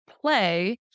play